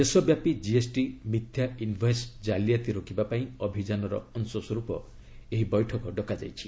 ଦେଶବ୍ୟାପୀ ଜିଏସ୍ଟି ମିଥ୍ୟା ଇନ୍ଭଏସ୍ ଜାଲିଆତି ରୋକିବା ପାଇଁ ଅଭିଯାନର ଅଂଶସ୍ୱରୂପ ଏହି ବୈଠକ ଡକାଯାଇଛି